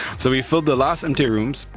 so we filled the last empty rooms,